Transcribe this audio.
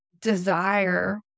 desire